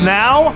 now